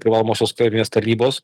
privalomosios karinės tarnybos